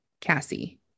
Cassie